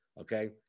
okay